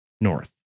north